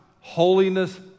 holiness